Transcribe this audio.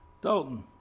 Dalton